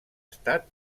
estat